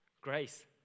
Grace